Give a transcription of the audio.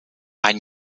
ein